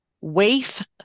Waif